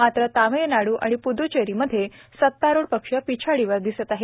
मात्र तामिळनाडू आणि पूद्दचेरीमध्ये सत्तारुढ पक्ष पिछाडीवर दिसत आहेत